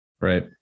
Right